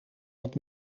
wat